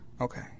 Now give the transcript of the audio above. Okay